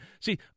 See